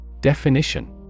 Definition